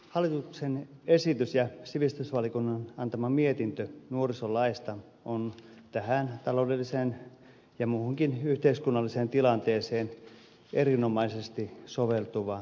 hallituksen esitys ja sivistysvaliokunnan antama mietintö nuorisolaista on tähän taloudelliseen ja muuhunkin yhteiskunnalliseen tilanteeseen erinomaisesti soveltuva asia